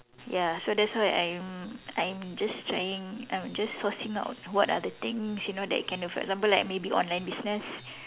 ya so that's why I'm I'm just trying I'm just sourcing out what are the things you know that you can do for example like maybe online business